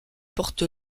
porte